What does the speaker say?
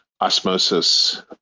osmosis